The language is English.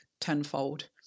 tenfold